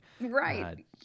right